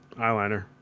eyeliner